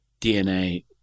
DNA